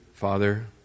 Father